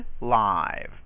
live